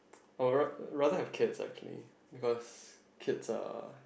I would ra~ rather have cats actually because kids are